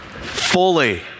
fully